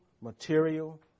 material